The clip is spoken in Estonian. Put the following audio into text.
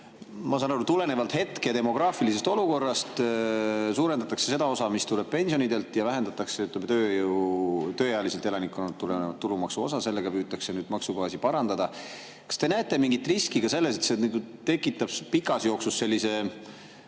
ma aru saan, tulenevalt hetke demograafilisest olukorrast suurendatakse seda osa, mis tuleb pensionidelt, ja vähendatakse tööealiselt elanikkonnalt tulevat tulumaksu osa. Sellega püütakse maksubaasi parandada. Kas te näete mingit riski selles, et see tekitab pikas jooksus kuidagi